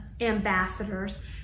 ambassadors